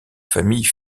famille